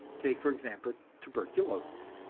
take, for example, tuberculosis.